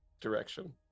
direction